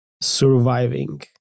surviving